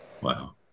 Wow